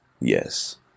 Yes